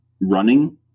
Running